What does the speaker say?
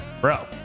Bro